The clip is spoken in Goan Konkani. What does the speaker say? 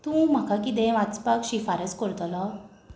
तूं म्हाका कितें वाचपाक शिफारीस करतलो